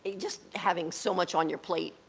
just having so much on your plate,